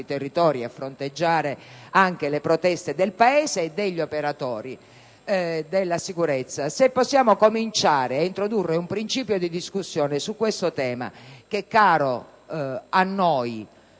territori a fronteggiare anche le proteste del Paese e degli operatori della sicurezza - introducendo un principio di discussione su questo tema, che è caro a noi,